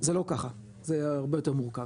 זה לא ככה זה הרבה יותר מורכב.